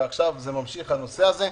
ועכשיו זה ממשיך הנושא הזה.